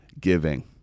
giving